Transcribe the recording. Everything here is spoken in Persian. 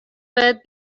باید